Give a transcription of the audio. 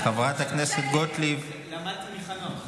למדתי מחנוך.